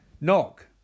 Knock